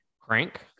Crank